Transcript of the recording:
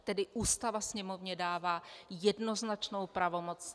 Tedy Ústava Sněmovně dává jednoznačnou pravomoc.